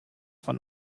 von